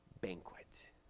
Banquet